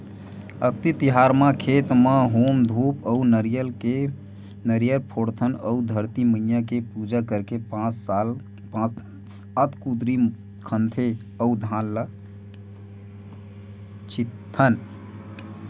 अक्ती तिहार म खेत म हूम धूप अउ नरियर फोड़थन अउ धरती मईया के पूजा करके पाँच सात कुदरी खनथे अउ धान ल छितथन